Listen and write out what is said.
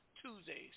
Tuesdays